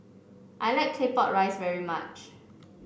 I like Claypot Rice very much